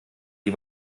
die